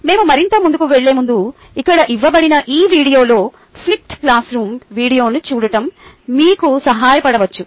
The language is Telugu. మేము మరింత ముందుకు వెళ్ళే ముందు ఇక్కడ ఇవ్వబడిన ఈ వీడియో ఫ్లిప్డ్ క్లాస్రూమ్ వీడియోను చూడటం మీకు సహాయపడవచ్చు